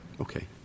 Okay